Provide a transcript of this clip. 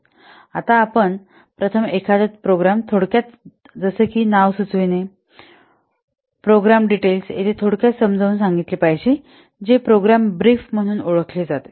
आता प्रथम एखादा प्रोग्राम थोडक्यात जसे की नाव सुचवितने प्रोग्राम डिटेल्स येथे थोडक्यात समजावून सांगितले पाहिजे जे प्रोग्राम ब्रिफ म्हणून ओळखले जातात